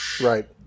Right